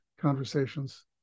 conversations